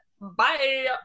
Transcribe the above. bye